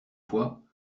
fois